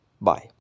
bye